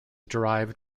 derived